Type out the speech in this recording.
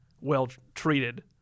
well-treated—